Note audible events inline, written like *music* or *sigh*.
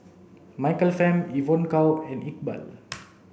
Michael Fam Evon Kow and Iqbal *noise*